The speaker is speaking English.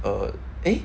err eh